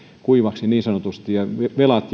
kuivaksi niin sanotusti velat